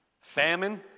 Famine